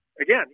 again